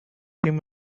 him